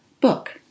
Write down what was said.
book